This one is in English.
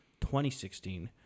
2016